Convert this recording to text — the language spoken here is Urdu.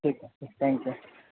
ٹھیک ہے تھینک یو